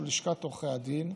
שהוא לשכת עורכי הדין,